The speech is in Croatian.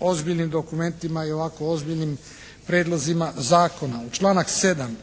ozbiljnim dokumentima i ovako ozbiljnim prijedlozima zakona. Članak 7.